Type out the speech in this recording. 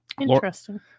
Interesting